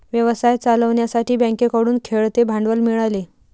व्यवसाय चालवण्यासाठी बँकेकडून खेळते भांडवल मिळाले